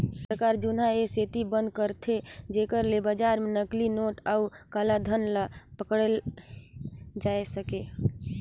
सरकार जुनहा ए सेती बंद करथे जेकर ले बजार में नकली नोट अउ काला धन ल पकड़ल जाए सके